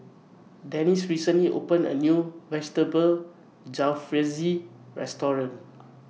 Dessie recently opened A New Vegetable Jalfrezi Restaurant